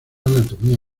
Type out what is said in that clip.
anatomía